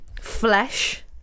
Flesh